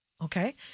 Okay